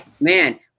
man